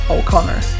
O'Connor